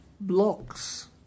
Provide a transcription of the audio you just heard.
blocks